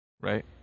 right